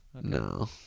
No